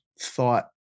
thought